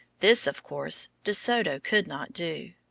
this, of course, de soto could not do.